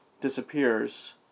disappears